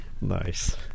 Nice